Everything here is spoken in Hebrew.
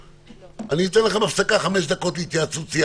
אני אתן לכם הפסקה חמש דקות להתייעצות סיעתית.